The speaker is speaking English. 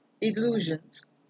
illusions